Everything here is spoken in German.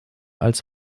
als